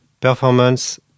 Performance